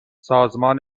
سازمان